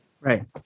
Right